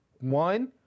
One